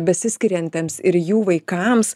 besiskiriantiems ir jų vaikams